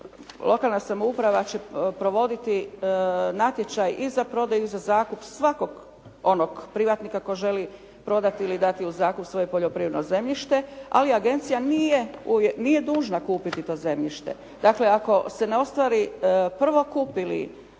lokalna samouprava će provoditi natječaj i za prodaju i za zakup svakog onog privatnika tko želi prodati ili dati u zakup svoje poljoprivredno zemljište, ali agencija nije dužna kupiti to zemljište. Dakle ako se ne ostvari prvokup ili